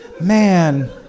man